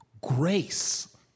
grace